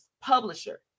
publisher